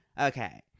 okay